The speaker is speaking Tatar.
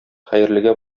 хәерлегә